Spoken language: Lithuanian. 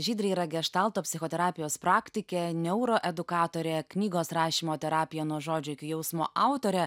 žydrė yra geštalto psichoterapijos praktikė neuroedukatorė knygos rašymo terapija nuo žodžio iki jausmo autorė